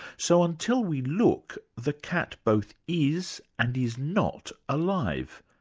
so until we look, the cat both is and is not alive.